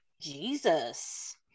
jesus